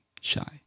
shy